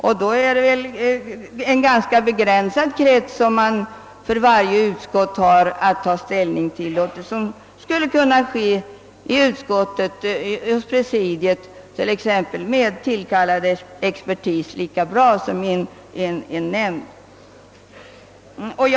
Därför är det en ganska begränsad krets som man för varje utskott har att ta ställning till, och detta skulle lika bra som i en nämnd kunna göras i utskottet, t.ex. hos presidiet, med tillkallad expertis.